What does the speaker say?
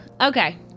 Okay